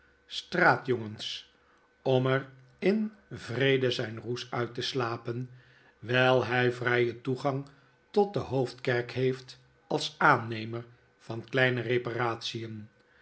straatjongens om er in vredji zyn roes uit te slapen wijl hy vrijen toegang tot de hoofdkerk heeft als aannemer van kleine reparation